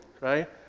right